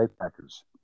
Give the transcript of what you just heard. Packers